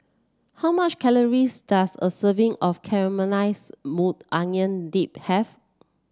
how much calories does a serving of Caramelized Maui Onion Dip have